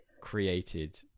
created